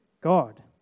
God